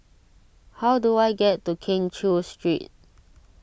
how do I get to Keng Cheow Street